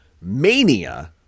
mania